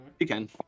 Again